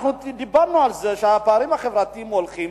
דיברנו על זה שהפערים החברתיים הולכים